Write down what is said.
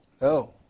no